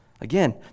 Again